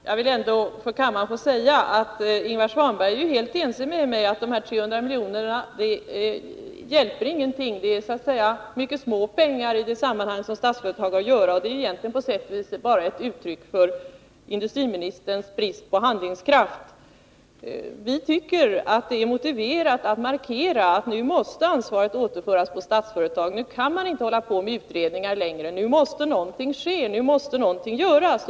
Herr talman! Jag vill ändå för kammaren säga att Ingvar Svanberg är helt ense med mig om att de här 300 miljonerna inte hjälper någonting — det är mycket litet pengar i det sammanhang som Statsföretag arbetar med. På sätt och vis är detta bara ett uttryck för industriministerns brist på handlingskraft. Jag tycker det är motiverat att markera att ansvaret nu måste återföras på Statsföretag — nu kan vi inte hålla på och utreda längre, nu måste någonting göras.